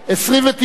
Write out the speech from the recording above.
סעיפים 1 3 נתקבלו.